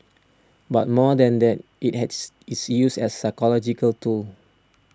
but more than that it has its use as a psychological tool